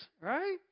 right